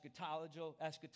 eschatological